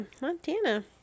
Montana